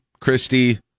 Christie